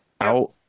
out